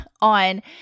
on